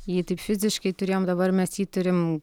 jį tik fiziškai turėjom dabar mes jį turim